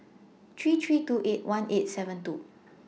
three three two eight one eight seven two